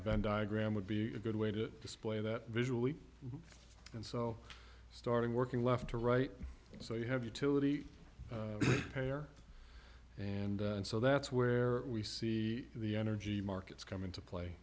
a venn diagram would be a good way to display that visually and so starting working left to right so you have utility player and so that's where we see the energy markets come into play